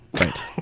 right